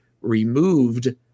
removed